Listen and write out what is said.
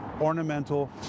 ornamental